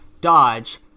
dodge